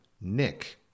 Nick